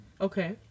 Okay